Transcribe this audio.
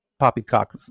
Poppycock